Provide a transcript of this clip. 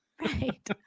right